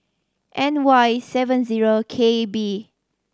N Y seven zero K B